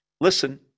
Listen